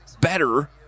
better